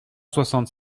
soixante